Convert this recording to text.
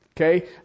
Okay